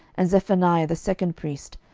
and zephaniah the second priest,